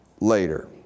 later